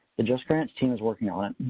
the justgrants team is working on it.